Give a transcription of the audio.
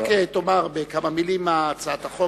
רק תאמר בכמה מלים על מה הצעת החוק,